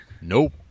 Nope